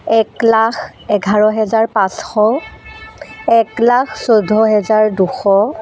এক লাখ এঘাৰ হেজাৰ পাঁচশ এক লাখ চৈধ্য হেজাৰ দুশ